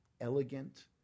elegant